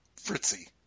Fritzy